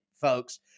folks